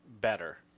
better